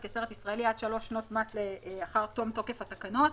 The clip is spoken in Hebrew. ישראלי עד שלוש שנות מס לאחר תום תוקף התקנות.